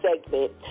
segment